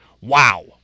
Wow